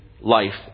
life